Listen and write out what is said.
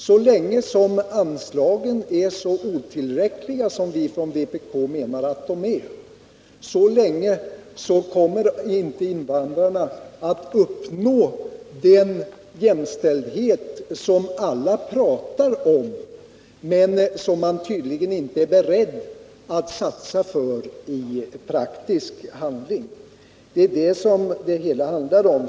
Så länge som anslagen är så otillräckliga som vi från vpk menar att de är kommer invandrarna inte att uppnå den jämställdhet som alla pratar om men som man tydligen inte är beredd att satsa på i praktisk handling. Det är det som det hela handlar om.